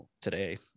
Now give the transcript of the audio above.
today